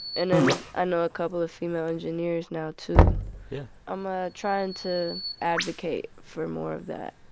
and then i know a couple of female engineers now too yeah i'm ah trying to advocate for more of that.